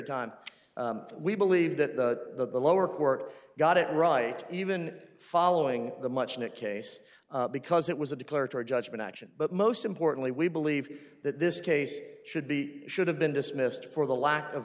time we believe that the lower court got it right even following the much in that case because it was a declaratory judgment action but most importantly we believe that this case should be should have been dismissed for the lack of